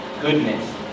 goodness